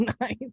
nice